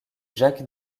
jacques